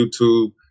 YouTube